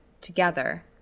together